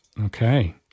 Okay